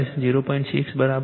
6 75 KVA છે